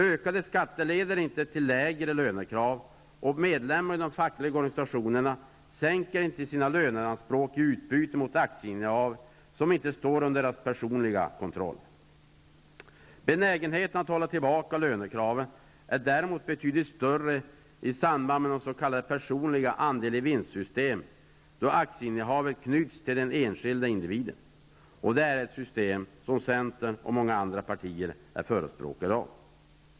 Ökade skatter leder inte till lägre lönekrav, och medlemmarna i de fackliga organisationerna sänker inte sina löneanspråk i utbyte mot aktieinnehav som inte står under deras personliga kontroll. Benägenheten att hålla tillbaka lönekraven är däremot betydligt större i samband med s.k. personliga andel-i-vinst-system då aktieinnehavet knyts till den enskilda individen. Detta är ett system som centern och många andra partier är förespråkare av.